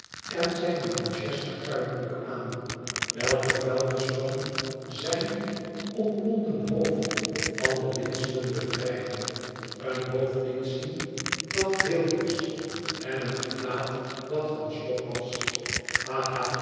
en zijne manchester kuitbroek aan welke vuilnisman zijn omwonden hoofd van de windselen bevrijdende een hoofd liet zien dat heel was en een gelaat dat van slop was